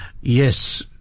Yes